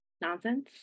nonsense